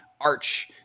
arch